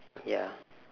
ya